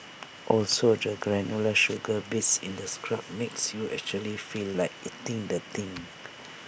also the granular sugar bits in the scrub makes you actually feel like eating the thing